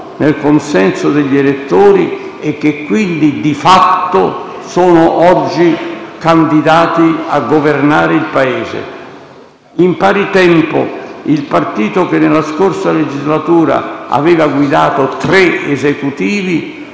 nel consenso degli elettori e che quindi, di fatto, sono oggi candidati a governare il Paese. In pari tempo, il partito che nella scorsa legislatura aveva guidato tre esecutivi